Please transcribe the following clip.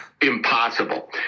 impossible